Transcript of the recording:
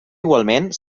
igualment